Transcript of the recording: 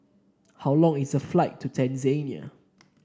how long is the flight to Tanzania